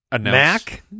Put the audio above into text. Mac